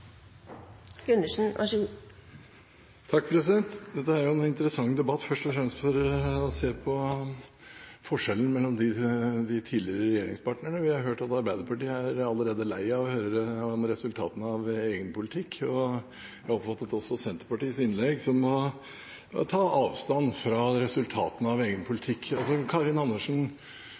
en interessant debatt først og fremst for å se forskjellen mellom de tidligere regjeringspartnerne. Vi har hørt at Arbeiderpartiet allerede er lei av å høre om resultatene av egen politikk, og jeg oppfattet også Senterpartiets innlegg som å ta avstand fra resultatene av egen